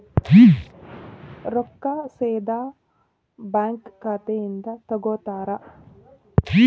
ರೊಕ್ಕಾ ಸೇದಾ ಬ್ಯಾಂಕ್ ಖಾತೆಯಿಂದ ತಗೋತಾರಾ?